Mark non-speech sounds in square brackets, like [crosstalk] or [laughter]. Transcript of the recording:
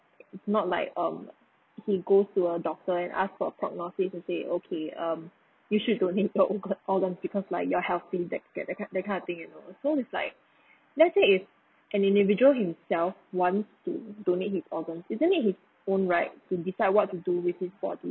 it's not like um he goes to a doctor and ask for a prognosis and say okay um you should donate your organ [laughs] because like you're healthy that that kind that kind of thing you know so it's like let's say if an individual himself want to donate his organ isn't it his own right to decide what to do with his body